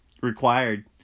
required